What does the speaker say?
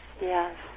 Yes